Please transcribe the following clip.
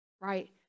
right